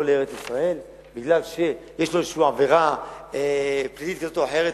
לארץ-ישראל כי יש לו איזושהי עבירה פלילית כזו או אחרת,